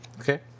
Okay